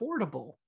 affordable